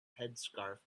headscarf